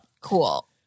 Cool